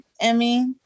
Emmy